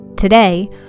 Today